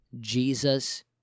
Jesus